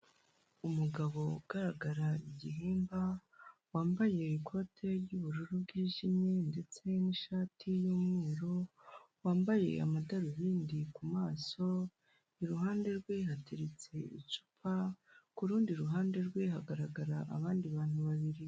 Umugabo ugaragara igihimba wambaye ikote ry'ubururu bwijimye ndetse n'ishati y'umweru wambaye amadarubindi ku maso iruhande rwe hateritse icupa kurundi ruhande rwe hagaragarara abandi bantu babiri.